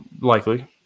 Likely